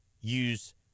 use